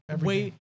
wait